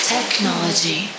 Technology